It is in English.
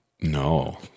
No